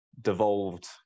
devolved